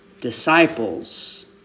disciples